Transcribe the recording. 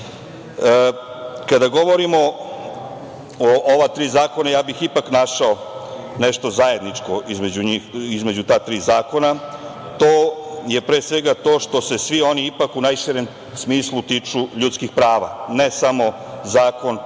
govorimo o ova tri zakona, ja bih ipak našao nešto zajedničko između ta tri zakona, a to je pre svega to što se svi oni ipak u najširem smislu tiču ljudskih prava, ne samo Zakon